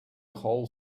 whole